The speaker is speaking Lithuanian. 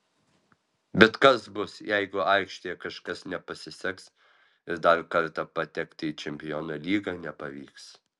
bet kas bus jeigu aikštėje kažkas nepasiseks ir dar kartą patekti į čempionų lygą nepavyks